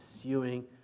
pursuing